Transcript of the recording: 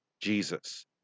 Jesus